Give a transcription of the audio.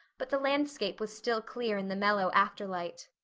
but the landscape was still clear in the mellow afterlight.